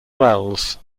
wells